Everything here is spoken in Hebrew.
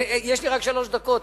יש לי רק שלוש דקות,